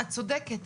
את צודקת.